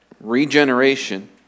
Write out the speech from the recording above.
Regeneration